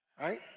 Right